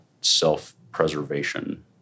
self-preservation